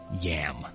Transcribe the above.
Yam